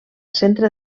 centre